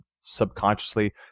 subconsciously